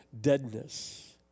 deadness